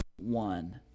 one